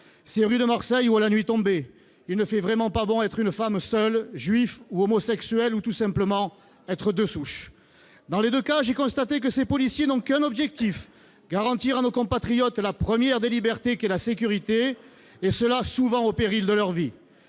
Ces rues de Marseille où, à la nuit tombée, il ne fait vraiment pas bon être une femme seule, être juif ou homosexuel, ou tout simplement être « de souche ». Dans les deux cas, j'ai constaté que ces policiers n'ont qu'un objectif : garantir à nos compatriotes la première des libertés qu'est la sécurité, et cela souvent au péril de leur vie.